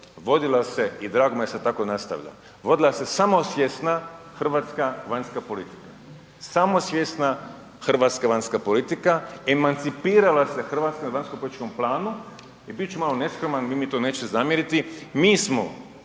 Vodila se i drago mi je da tako nastavlja. Vodila se samosvjesna hrvatska vanjska politika. Samosvjesna hrvatska vanjska politika, emancipirala se Hrvatska na vanjskopolitičkom planu i bit ću malo neskroman, vi mi to nećete zamjeriti. Mi smo